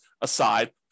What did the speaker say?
aside